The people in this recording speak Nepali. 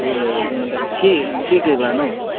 त्यो लिएर जाउँ के के के लानु